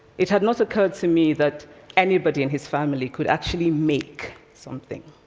it had not occurred to me that anybody in his family could actually make something.